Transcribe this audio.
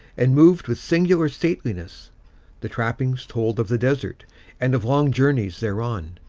and moved with singular stateliness the trappings told of the desert and of long journeys thereon,